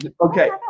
Okay